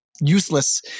useless